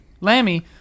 Lammy